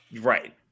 Right